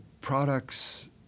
products